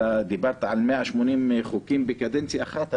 אתה דיברת על 180 חוקים בקדנציה אחת.